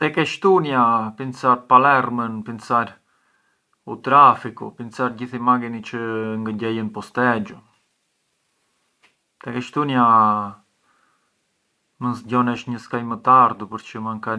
Jo për mua si të ngrënit italianë ngë jan, cioè mua më përqen shumë la dieta mediterranea, më përqen brumit, më përqen la pizza, më përqen të… më përqen si ham in Italia e specialmenti te